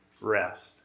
rest